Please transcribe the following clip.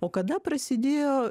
o kada prasidėjo